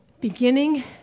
Beginning